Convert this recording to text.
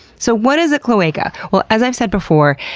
so what is a cloaca? well, as i've said before,